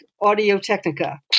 Audio-Technica